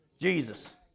Jesus